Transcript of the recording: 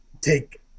take